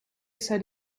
said